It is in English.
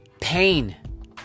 pain